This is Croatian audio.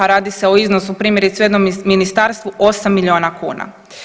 Radi se o iznosu primjerice u jednom ministarstvu 8 milijuna kuna.